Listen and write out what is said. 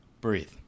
Breathe